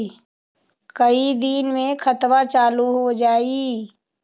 कई दिन मे खतबा चालु हो जाई?